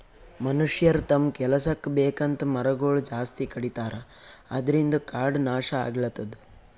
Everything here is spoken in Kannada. ಮನಷ್ಯರ್ ತಮ್ಮ್ ಕೆಲಸಕ್ಕ್ ಬೇಕಂತ್ ಮರಗೊಳ್ ಜಾಸ್ತಿ ಕಡಿತಾರ ಅದ್ರಿನ್ದ್ ಕಾಡ್ ನಾಶ್ ಆಗ್ಲತದ್